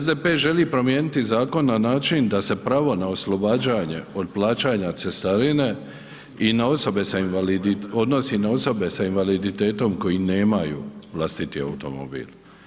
SDP želi promijeniti zakon na način da se pravo na oslobađanje od plaćanja cestarine odnose i na osobe sa invaliditetom koji nemaju vlastiti automobil.